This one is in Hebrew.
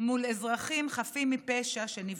מול אזרחים חפים מפשע שנפגעו.